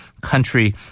country